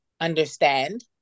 understand